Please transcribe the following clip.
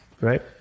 right